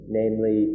namely